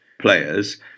players